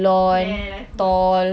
blair live wood